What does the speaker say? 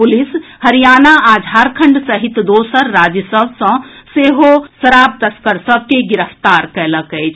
police Haryana आ झारखंड सहित दोसर राज्य सभ सॅ सेहो शराब तस्कर सभ के गिरफ्तार कएलक अछि